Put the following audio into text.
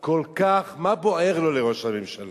כל כך, מה בוער לו, לראש הממשלה?